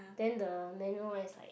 then the manual one is like